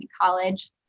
college